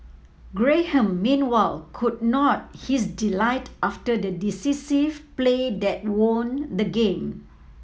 Graham meanwhile could not his delight after the decisive play that won the game